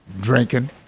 drinking